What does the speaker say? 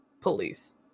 police